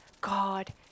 God